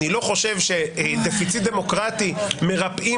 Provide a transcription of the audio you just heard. אני לא חושב שדפיציט דמוקרטי מרפאים